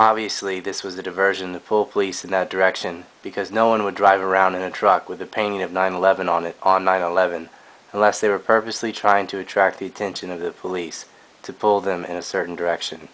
obviously this was a diversion that pull police in that direction because no one would drive around in a truck with a painting of nine eleven on it on nine eleven unless they were purposely trying to attract the attention of the police to pull them in a certain direction